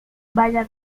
vaya